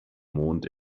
mond